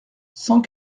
cent